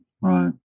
Right